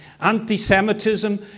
anti-Semitism